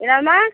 என்னாதும்மா